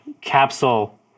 capsule